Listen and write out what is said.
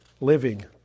living